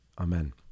Amen